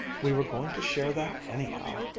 we were going to share that, anyhow.